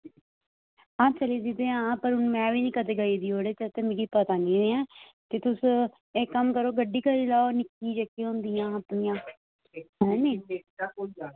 अंऊ फिरी दी ते ऐं पर अंऊ बी कदें गेई दी निं ऐ ओह्दे च मिगी पता निं ऐ ते तुस इक्क कम्म करो गड्डी करी लैओ निक्की जेह्की निक्की होंदी खड़ोती दियां हैन नी